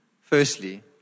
firstly